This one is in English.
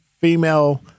female